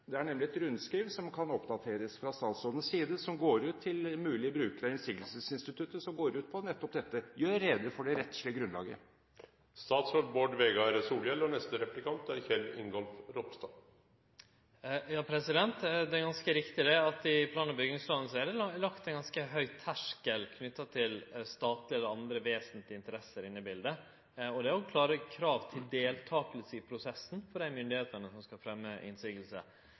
Det er nemlig et rundskriv som kan oppdateres fra statsrådens side, som går ut til mulige brukere av innsigelsesinstituttet, og som går ut på nettopp dette: Gjøre rede for det rettslige grunnlaget. Det er ganske riktig at det i plan- og bygningslova er lagt ein ganske høg terskel knytt til om det er statlege eller andre vesentlege interesser inne i biletet. Det er òg klare krav til deltaking i prosessen for dei myndigheitene som skal